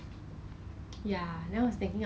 真的很 value value